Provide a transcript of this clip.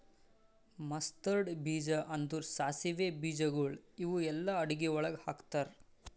mustard ಬೀಜ ಅಂದುರ್ ಸಾಸಿವೆ ಬೀಜಗೊಳ್ ಇವು ಎಲ್ಲಾ ಅಡಗಿ ಒಳಗ್ ಹಾಕತಾರ್